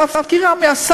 מי?